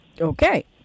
Okay